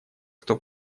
кто